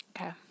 okay